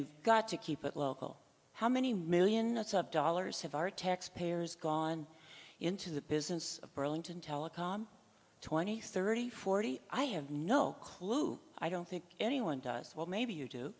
you've got to keep it local how many million dollars have our tax payers gone into the business of burlington telecom twenty thirty forty i have no clue i don't think anyone does well maybe you do